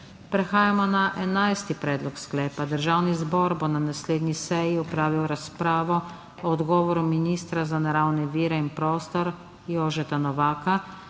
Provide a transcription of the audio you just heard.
Prehajamo na deseti predlog: Državni zbor bo na naslednji seji opravil razpravo o odgovoru ministra za naravne vire in prostor Jožeta Novaka